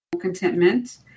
contentment